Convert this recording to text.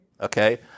okay